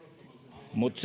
mutta